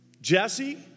Jesse